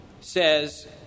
says